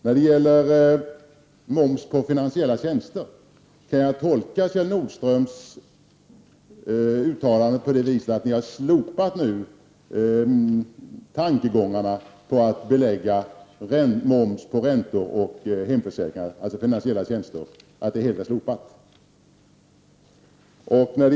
Kan jag tolka Kjell Nordströms uttalande om moms på finansiella tjänster så att ni nu har slopat tankegångarna på att belägga räntor och hemförsäk Prot. 1989/90:140 ringar med moms?